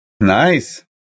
Nice